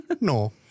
No